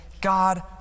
God